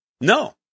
No